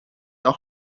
auch